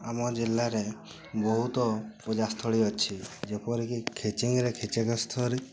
ଆମ ଜିଲ୍ଲାରେ ବହୁତ ପୂଜାସ୍ଥଳୀ ଅଛି ଯେପରିକି ଖେଚିଙ୍ଗରେ ଖେଚେଙ୍ଗା ସ୍ଥର